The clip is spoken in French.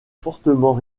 fortement